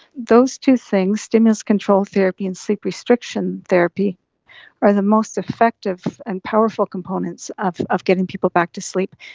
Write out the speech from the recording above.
those two things stimulus control therapy and sleep restriction therapy are the most effective and powerful components of of getting people back to sleep.